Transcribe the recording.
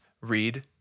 read